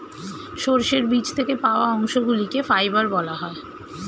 সর্ষের বীজ থেকে পাওয়া অংশগুলিকে ফাইবার বলা হয়